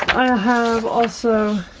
i have also